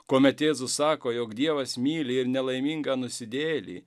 kuomet jėzus sako jog dievas myli ir nelaimingą nusidėjėlį